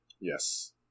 Yes